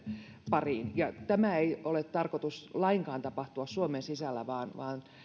pariin tämän ei ole lainkaan tarkoitus tapahtua suomen sisällä vaan vaan